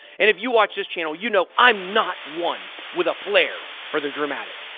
and if you watch this channel, you know i'm not one with a flair for the dramatic.